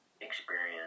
experience